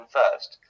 first